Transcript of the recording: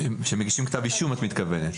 שמגישים כתב אישום את מתכוונת.